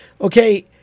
Okay